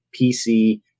pc